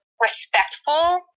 respectful